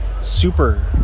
Super